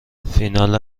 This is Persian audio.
فینال